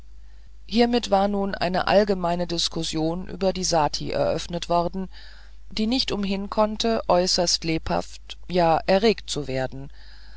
hiermit war nun eine allgemeine diskussion über die sati eröffnet worden die nicht umhin konnte äußerst lebhaft ja erregt zu werden